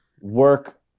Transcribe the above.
work